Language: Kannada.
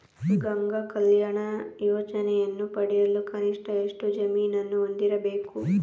ಗಂಗಾ ಕಲ್ಯಾಣ ಯೋಜನೆಯನ್ನು ಪಡೆಯಲು ಕನಿಷ್ಠ ಎಷ್ಟು ಜಮೀನನ್ನು ಹೊಂದಿರಬೇಕು?